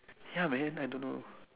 ya man I don't know